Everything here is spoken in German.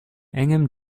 engem